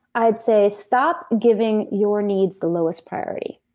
i'd say stop giving your needs the lowest priority.